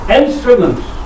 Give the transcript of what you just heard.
instruments